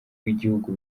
w’igihugu